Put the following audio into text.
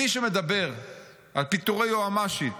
מי שמדבר על פיטורי יועמ"שית